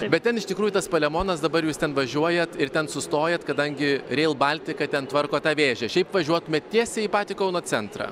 bet ten iš tikrųjų tas palemonas dabar jūs ten važiuojat ir ten sustojat kadangi reil baltika ten tvarko tą vėžę šiaip važiuotumėt tiesiai į patį kauno centrą